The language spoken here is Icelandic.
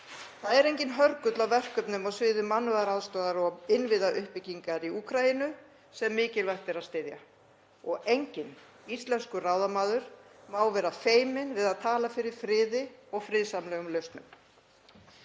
Það er enginn hörgull á verkefnum á sviði mannúðaraðstoðar og innviðauppbyggingar í Úkraínu sem mikilvægt er að styðja og enginn íslenskur ráðamaður má vera feiminn við að tala fyrir friði og friðsamlegum lausnum.